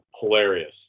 hilarious